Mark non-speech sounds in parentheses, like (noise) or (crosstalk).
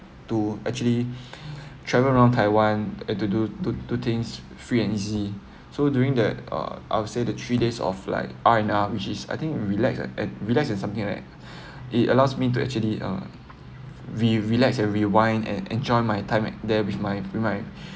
to actually (breath) travel around taiwan and to do to do things free and easy so during that uh I would say the three days of like R and R which is I think relax and relax and something something like that (breath) it allows me to actually uh re~ relax and rewind and enjoy my time there with my with my (breath)